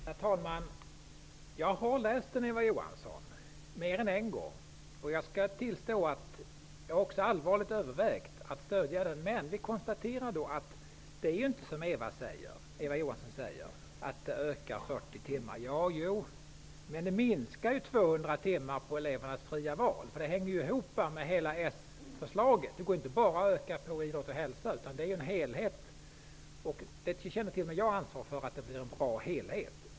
Herr talman! Jag har läst reservationen mer än en gång, Eva Johansson. Jag tillstår att jag allvarligt har övervägt att stödja den. Jag konstaterade dock att ämnet idrott och hälsa visserligen skulle utökas med 40 timmar, men det skulle också innebära en minskning av elevernas egna val med 200 timmar. Det är ju en del av hela s-förslaget. Det går inte bara att utöka ämnet idrott och hälsa. Det handlar om en helhet. T.o.m. jag känner ansvar för att det skall vara en bra helhet.